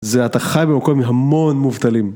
זה אתה חי במקום עם המון מובטלים.